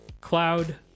cloud